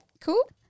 cool